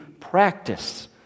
practice